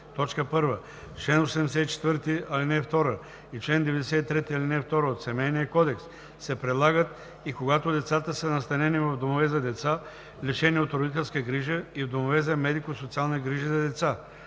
деца: 1. член 84, ал. 2 и чл. 93, ал. 2 от Семейния кодекс се прилагат и когато децата са настанени в домове за деца, лишени от родителска грижа, и в домове за медико-социални грижи за деца;